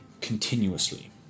continuously